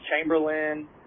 Chamberlain